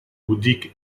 bouddhique